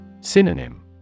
Synonym